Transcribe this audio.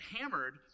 hammered